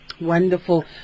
Wonderful